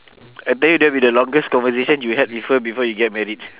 I tell you that will be the longest conversation you had with her before you get married